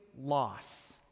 loss